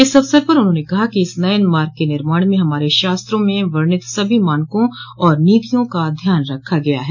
इस अवसर पर उन्होंने कहा कि इस नये माग के निर्माण में हमारे शास्त्रों में वर्णित सभी मानकों और नीतियों का ध्यान रखा गया है